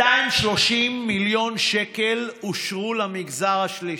230 מיליון שקלים אושרו למגזר השלישי,